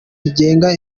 rigena